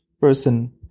person